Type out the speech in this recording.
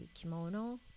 kimono